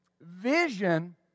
Vision